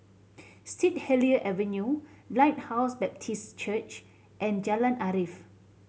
Saint Helier Avenue Lighthouse Baptist Church and Jalan Arif